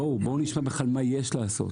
בואו נשמע בכלל מה יש לעשות.